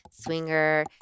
swinger